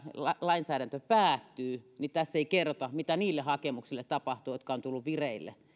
lainsäädäntö päättyy niin tässä ei kerrota mitä niille hakemuksille tapahtuu jotka ovat tulleet vireille